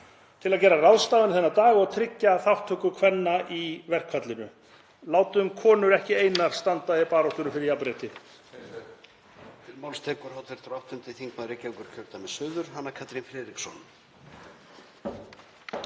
til að gera ráðstafanir þennan dag og tryggja þátttöku kvenna í verkfallinu. Látum konur ekki einar standa í baráttunni fyrir jafnrétti.